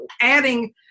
adding